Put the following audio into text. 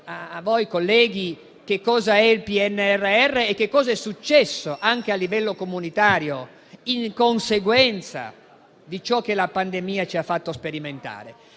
a voi, colleghi, cos'è il PNRR e cosa è successo, anche a livello comunitario, in conseguenza di ciò che la pandemia ci ha fatto sperimentare.